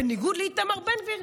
בניגוד לאיתמר בן גביר,